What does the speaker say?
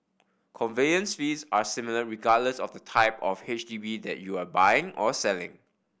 conveyance fees are similar regardless of the type of H D B that you are buying or selling